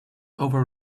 over